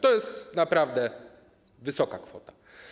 To jest naprawdę wysoka kwota.